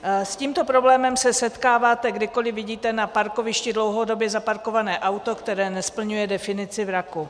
S tímto problémem se setkáváte, kdykoliv vidíte na parkovišti dlouhodobě zaparkované auto, které nesplňuje definici vraku.